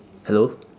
hello